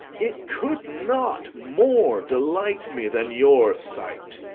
it could not more delight me than your sight.